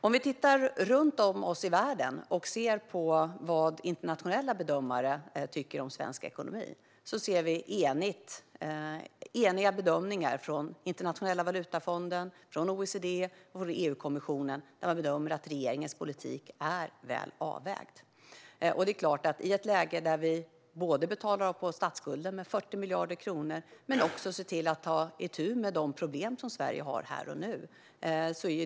Om vi tittar runt i världen och ser på vad internationella bedömare tycker om svensk ekonomi ser vi eniga bedömningar från Internationella valutafonden, OECD och EU-kommissionen. Man bedömer att regeringens politik är väl avvägd. Vi betalar av på statsskulden med 40 miljarder kronor men tar också itu med de problem som Sverige har här och nu.